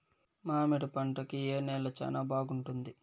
మామిడి పంట కి ఏ నేల చానా బాగుంటుంది